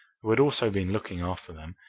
who had also been looking after them,